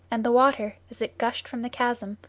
and the water, as it gushed from the chasm,